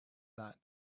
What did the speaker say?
that